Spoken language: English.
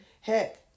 heck